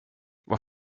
vad